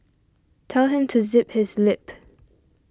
tell him to zip his lip